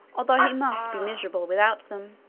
although he must be miserable without them.